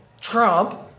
Trump